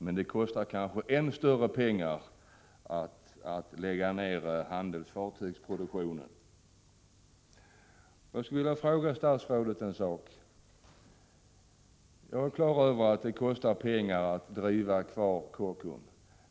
Men det kostar kanske ännu mera att lägga ned handelsfartygsproduktionen. Jag skulle vilja ställa en fråga till statsrådet. Jag är klar över att det kostar pengar att fortsätta att driva Kockums.